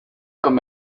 com